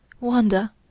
Wanda